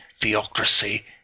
theocracy